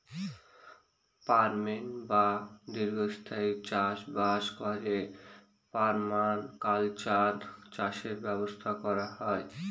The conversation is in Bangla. পার্মানেন্ট বা দীর্ঘস্থায়ী চাষ বাস করে পারমাকালচার চাষের ব্যবস্থা করা হয়